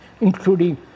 including